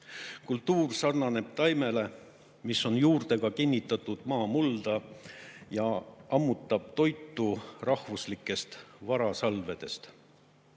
Kultuur sarnaneb taimele, mis on juurtega kinnitunud maamulda ja ammutab toitu rahvuslikest varasalvedest.